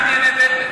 מה?